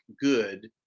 good